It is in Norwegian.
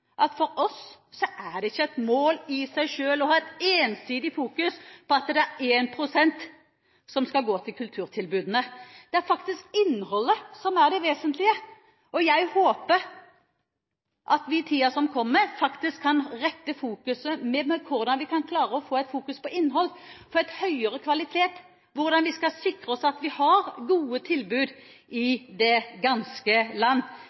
at for oss er det ikke et mål i seg selv å ha et ensidig fokus på at det er 1 pst. som skal gå til kulturtilbud. Det er faktisk innholdet som er det vesentlige. Og jeg håper at vi i tiden som kommer, faktisk kan rette fokuset mot innhold og høyere kvalitet og hvordan vi skal sikre oss at vi har gode tilbud i det ganske land.